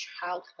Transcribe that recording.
childhood